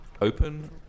open